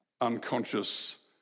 unconscious